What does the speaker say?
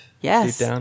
Yes